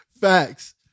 Facts